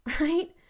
right